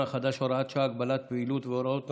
החדש (הוראת שעה) (הגבלת פעילות והוראות נוספות)